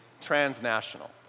transnational